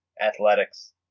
Athletics